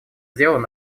сделан